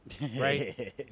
right